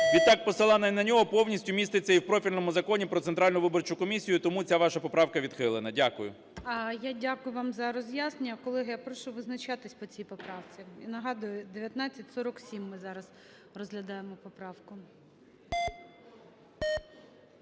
відтак посилання на нього повністю міститься і в профільному Законі "Про Центральну виборчу комісію". Тому ця ваша поправка відхилена. Дякую. ГОЛОВУЮЧИЙ. Я дякую за роз'яснення. Колеги, я прошу визначатись по цій поправці. І нагадую, 1947 ми зараз розглядаємо поправку.